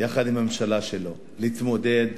יחד עם הממשלה שלו, להתמודד